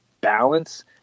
balance